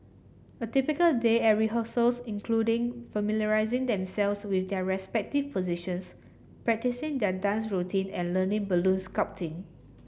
a typical day at rehearsals including familiarising themselves with their respective positions practising their dance routine and learning balloon sculpting